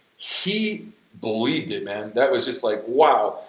he believed it man, that was just like wow!